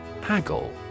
Haggle